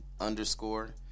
underscore